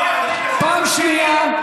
לא, פעם שנייה.